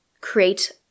create